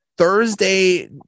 Thursday